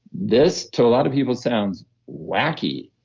this, to a lot of people, sounds wacky.